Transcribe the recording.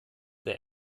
der